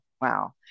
wow